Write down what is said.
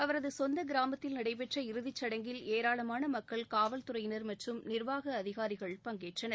அவரது சொந்த கிராமத்தில் நடைபெற்ற இறுதி சடங்கில் ஏராளமான மக்கள் காவல் துறையினர் மற்றும் நிர்வாக அதிகாரிகள் பங்கேற்றனர்